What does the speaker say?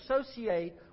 associate